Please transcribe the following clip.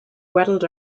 waddled